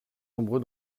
nombreux